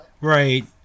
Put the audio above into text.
Right